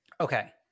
Okay